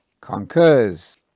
concurs